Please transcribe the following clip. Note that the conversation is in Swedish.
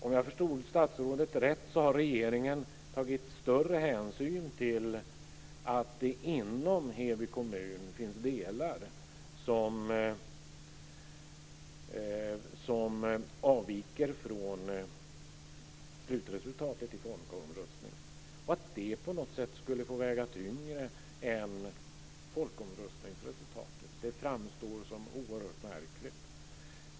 Om jag förstod statsrådet rätt har regeringen tagit hänsyn till att det inom Heby kommun finns delar som avviker från slutresultatet i folkomröstningen och att det på något sätt skulle få väga tyngre än folkomröstningsresultatet som helhet. Det framstår som oerhört märkligt.